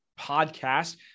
podcast